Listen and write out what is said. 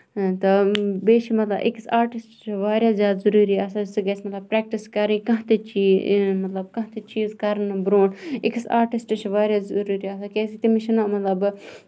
تہٕ بیٚیہِ چھُ مطلب أکِس آرٹِس چھُ واریاہ زیادٕ ضروٗری آسان کہِ سُہ گژھِ مطلب پرٮ۪کٹِس کَرٕنۍ کانہہ تہِ چیٖز یِم کانہہ تہِ چیٖز کرنہٕ برونٹھ أکِس آرٹِسٹَس چھُ واریاہ زیادٕ ضروٗری آسان کیازِ تِمنٕے چھُنہٕ لَگ بگ